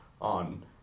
on